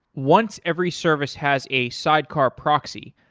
once every service has a sidecar proxy,